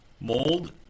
Mold